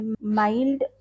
mild